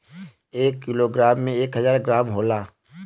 एक kilogram में एक हजार ग्राम होला